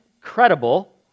credible